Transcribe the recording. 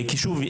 כי שוב,